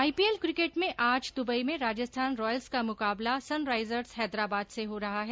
IPL cricket में आज Dubai में राजस्थान रॉयल्स का मुकाबला सनराइजर्स हैदराबाद से हो रहा है